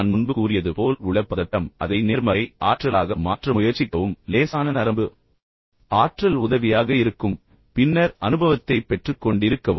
நான் முன்பு கூறியது போல் உள்ள பதட்டம் அதை நேர்மறை ஆற்றலாக மாற்ற முயற்சிக்கவும் லேசான நரம்பு ஆற்றல் உதவியாக இருக்கும் பின்னர் அனுபவத்தைப் பெற்றுக்கொண்டே இருக்கவும்